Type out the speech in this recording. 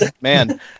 man